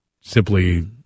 simply